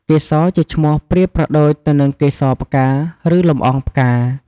កេសរ ជាឈ្មោះប្រៀបប្រដូចទៅនឹងកេសរផ្កា ឬលំអងផ្កា។